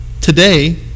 today